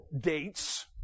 dates